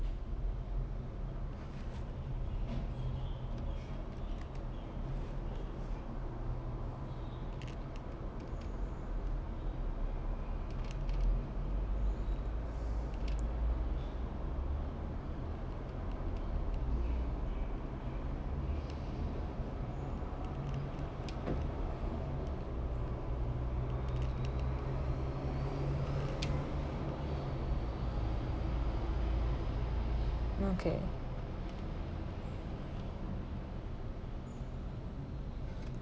okay